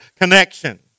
Connection